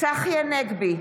צחי הנגבי,